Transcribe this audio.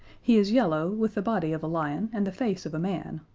he is yellow, with the body of a lion and the face of a man.